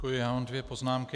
Já mám dvě poznámky.